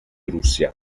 russia